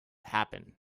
happen